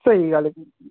ਸਹੀ ਗੱਲ ਹੈ ਵੀਰ ਜੀ